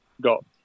got